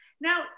Now